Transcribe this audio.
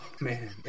man